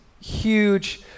huge